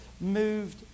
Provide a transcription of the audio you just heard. moved